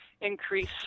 increase